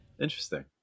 Interesting